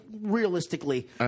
realistically